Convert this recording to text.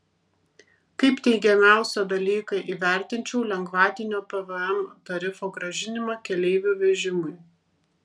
kaip teigiamiausią dalyką įvertinčiau lengvatinio pvm tarifo grąžinimą keleivių vežimui